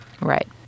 Right